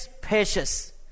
precious